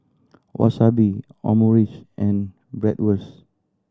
Wasabi Omurice and Bratwurst